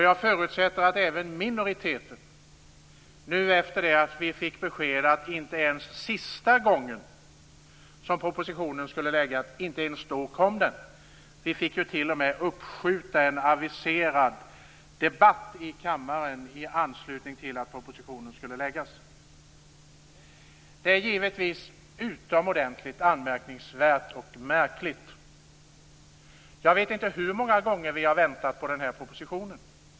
Jag förutsätter att även minoriteten nu efter det att vi fick besked om att propositionen inte ens kom sista gången som den skulle läggas fram tycker att det är anmärkningsvärt. Vi fick ju t.o.m. uppskjuta en aviserad debatt i kammaren i anslutning till att den skulle läggas. Detta är givetvis utomordentligt anmärkningsvärt och märkligt. Jag vet inte hur många gånger vi har väntat på propositionen.